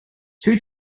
two